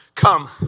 come